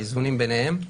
והאיזונים ביניהם,